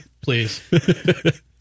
Please